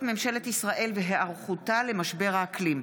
ממשלת ישראל והיערכותה למשבר האקלים.